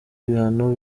ibihano